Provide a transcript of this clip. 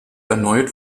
erneut